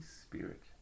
Spirit